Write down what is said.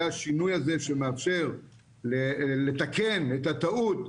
זה השינוי הזה שמאפשר לתקן את הטעות.